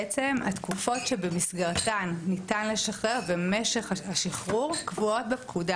בעצם התקופות שבמסגרתן ניתן לשחרר ומשך השחרור קבועות בפקודה.